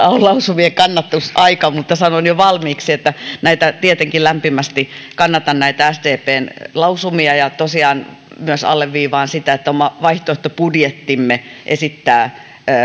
lausumienkannatusaika sanon jo valmiiksi että tietenkin lämpimästi kannatan sdpn lausumia ja tosiaan myös alleviivaan sitä että oma vaihtoehtobudjettimme esittää